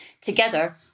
Together